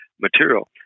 material